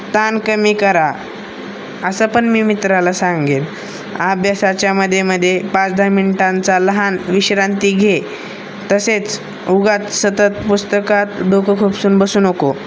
ताण कमी करा असं पण मी मित्राला सांगेल अभ्यासाच्या मध्ये मध्ये पाच दहा मिनटांचा लहान विश्रांती घे तसेच उगात सतत पुस्तकात डोकं खूपसून बसू नको